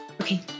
Okay